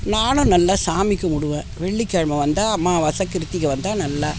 நானும் நல்லா சாமி கும்பிடுவேன் வெள்ளிக்கிழம வந்தால் அமாவாசை கிருத்திகை வந்தால் நல்லா